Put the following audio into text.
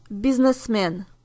businessman